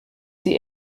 sie